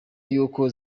y’uko